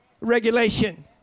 regulation